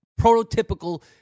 prototypical